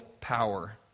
power